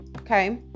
Okay